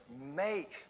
make